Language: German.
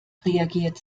reagiert